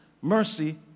mercy